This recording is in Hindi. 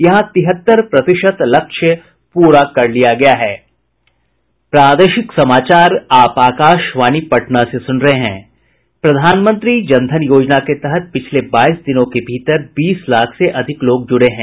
यहां तिहत्तर प्रतिशत लक्ष्य पूरा किया जा चुका है प्रधानमंत्री जन धन योजना के तहत पिछले बाईस दिनों के भीतर बीस लाख से अधिक लोग जुड़े हैं